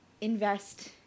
invest